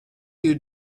you